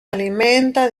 alimenta